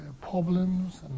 problems